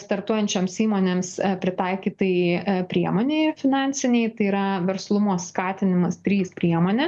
startuojančioms įmonėms pritaikytai priemonei finansinei tai yra verslumo skatinimas trys priemonė